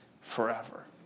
forever